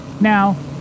Now